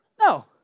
No